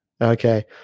Okay